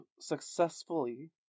successfully